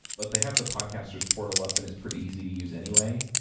but they have the podcasters portal up, and it's pretty easy to use anyway.